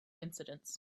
incidents